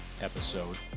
episode